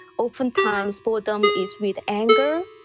oftentimes boredom is with anger,